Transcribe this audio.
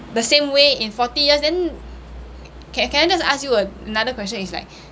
the same way in forty years then can can I just ask you another question is like